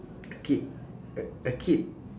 a kid a a kid